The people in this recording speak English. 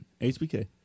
Hbk